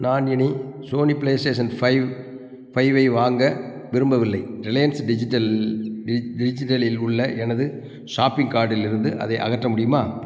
நான் இனி Sony PlayStation five ஃபைவை வாங்க விரும்பவில்லை ரிலையன்ஸ் டிஜிட்டல் டிஜ் டிஜிட்டலில் உள்ள எனது ஷாப்பிங் கார்ட்டில் இருந்து அதை அகற்ற முடியுமா